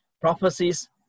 prophecies